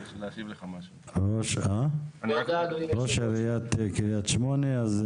ראש עיריית קריית שמונה.